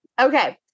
Okay